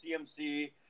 CMC